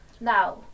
Now